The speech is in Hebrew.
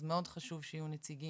אז מאוד חשוב שיהיו נציגים